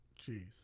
Jeez